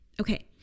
okay